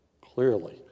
Clearly